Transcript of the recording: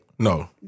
No